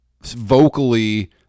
vocally